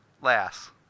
Lass